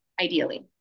Ideally